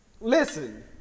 Listen